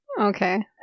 Okay